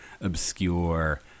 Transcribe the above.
obscure